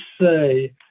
say